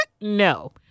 no